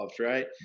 right